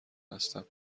هستم